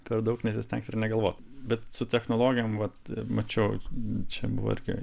per daug nesistenk ir negalvok bet su technologijom vat mačiau čia buvo irgi